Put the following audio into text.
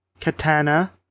Katana